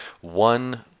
one